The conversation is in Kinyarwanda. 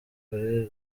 kuri